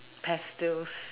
pastilles